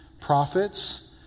prophets